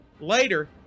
Later